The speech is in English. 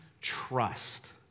trust